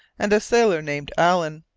and a sailor named allen.